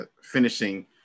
finishing